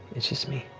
it's just me.